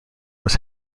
was